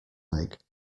make